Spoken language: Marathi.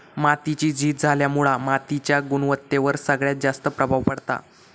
मातीची झीज झाल्यामुळा मातीच्या गुणवत्तेवर सगळ्यात जास्त प्रभाव पडता